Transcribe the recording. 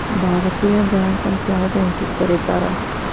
ಭಾರತೇಯ ಬ್ಯಾಂಕ್ ಅಂತ್ ಯಾವ್ ಬ್ಯಾಂಕಿಗ್ ಕರೇತಾರ್?